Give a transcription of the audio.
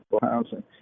housing